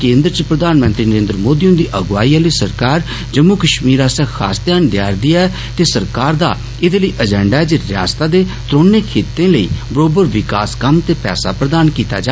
केन्द्र च प्रधानमंत्री नरेन्द्र मोदी हुन्दी अगुवाई आह्ली सरकार जम्मू कश्मीर आस्सै खास ध्यान देआरदी ऐ ते सरकार दा ऐदे लेई अजैण्डा ए रियासत दे त्रौनें खितें लेई बरोबर विकास कम्म ते पैसा प्रदान कीता जा